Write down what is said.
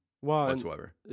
whatsoever